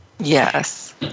Yes